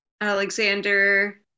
Alexander